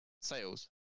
sales